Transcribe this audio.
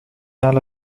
على